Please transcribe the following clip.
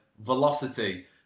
velocity